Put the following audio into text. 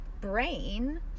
brain